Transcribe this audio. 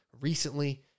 recently